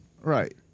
Right